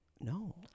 No